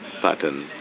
pattern